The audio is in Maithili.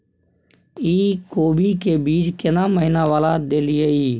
इ कोबी के बीज केना महीना वाला देलियैई?